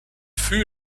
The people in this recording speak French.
fut